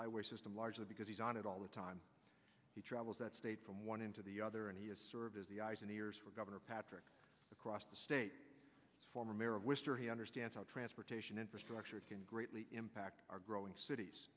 highway system largely because he's on it all the time he travels that state from one in to the other and he serves as the eyes and ears for governor patrick across the state former mayor of wister he understands how transportation infrastructure can greatly impact our growing